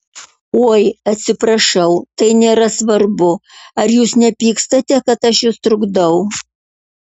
oi atsiprašau tai nėra svarbu ar jūs nepykstate kad aš jus trukdau